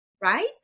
right